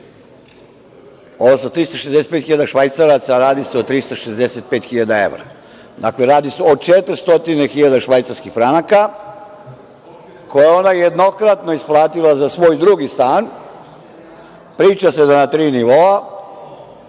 365 hiljada švajcaraca, a radi se o 365 hiljada evra. Dakle, radi se o 400 hiljada švajcarskih franaka, koje je ona jednokratno isplatila za svoj drugi stan. Priča se da je na tri nivoa,